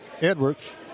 Edwards